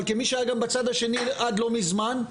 אבל כמי שהיה בצד השני עד לא מזמן,